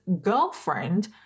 girlfriend